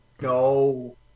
No